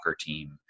team